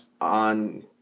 on